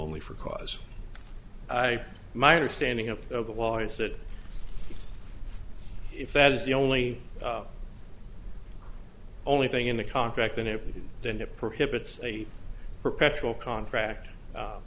only for cause i my understanding of the law is that if that is the only only thing in the contract in it then it prohibits a perpetual contract